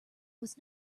was